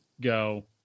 go